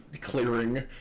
clearing